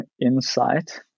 insight